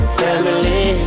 family